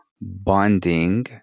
bonding